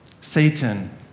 Satan